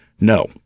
No